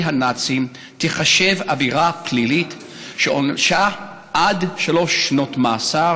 הנאצים תיחשב עבירה פלילית שעונשה עד שלוש שנות מאסר.